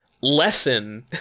lesson